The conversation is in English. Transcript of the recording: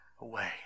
away